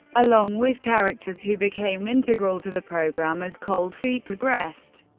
along with characters who became integral to the programme as cold feet progressed.